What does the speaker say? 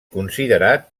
considerat